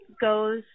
goes